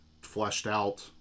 fleshed-out